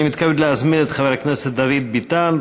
אני מתכבד להזמין את חבר הכנסת דוד ביטן,